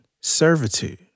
servitude